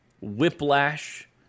Whiplash